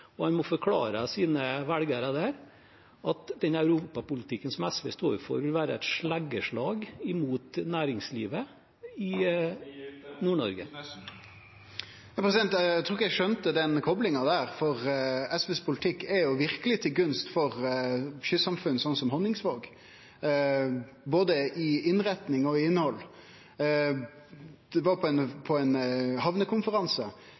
og han må forklare sine velgere der at den europapolitikken som SV står for, vil være et sleggeslag mot næringslivet i Nord-Norge? Eg trur ikkje eg skjønte den koplinga der, for SVs politikk er verkeleg til gunst for kystsamfunn som Honningsvåg, både i innretning og i innhald. Tilbake til hamnekonferansen: På